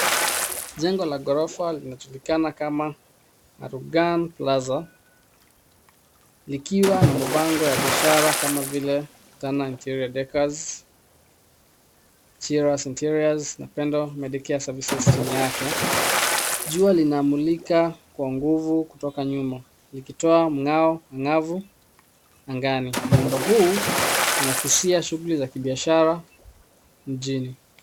Jengo la ghorofa linajulikana kama Karugan Plaza likiwa na mabango ya biashara kama vile Taha Interior Decors, Chira's Interior na Pendo Medicare Services chini yake. Jua linamulika kwa nguvu kutoka nyuma likitoa mngao mngavu angani. Muundo huu unakisia shughuli za kibiashara mjini.